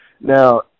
Now